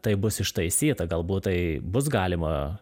tai bus ištaisyta galbūt tai bus galima